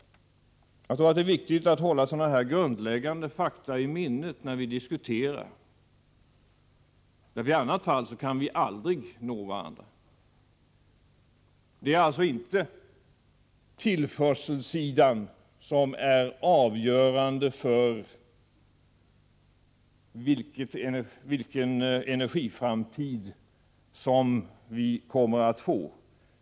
Jag tror att det är viktigt att hålla dessa grundläggande fakta i minnet när vi diskuterar energipolitik. I annat fall kan vi aldrig nå varandra. Det är alltså inte tillförselsidan som är avgörande för vilken energiframtid vi kommer att få.